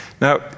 Now